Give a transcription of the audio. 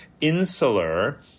insular